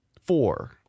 Four